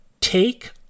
take